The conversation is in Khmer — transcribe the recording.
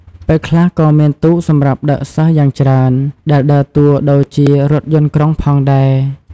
ពេលខ្លះក៏មានទូកសម្រាប់ដឹកសិស្សយ៉ាងច្រើនដែលដើរតួដូចជារថយន្តក្រុងផងដែរ។